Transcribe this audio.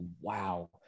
wow